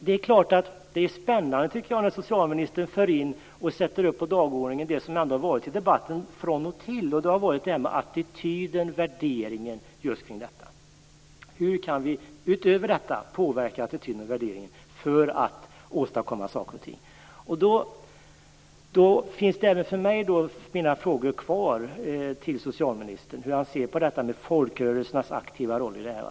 Det är klart att det är spännande när socialministern för in på dagordningen det som har debatterats från och till, nämligen attityder och värderingar. Hur kan vi påverka attityder och värderingar för att åstadkomma saker och ting? Mina frågor till socialministern kvarstår. Hur ser han på folkrörelsernas aktiva roll i detta?